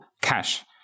cash